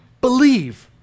believe